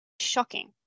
shocking